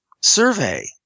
survey